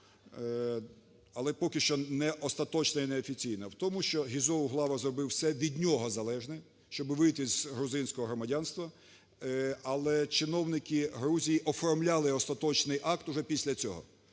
але поки що неостаточна і неофіційна, в тому, що Гізо Углава зробив все від нього залежне, щоб вийти з грузинського громадянства. Але чиновники Грузії оформляли остаточний акт уже після цього.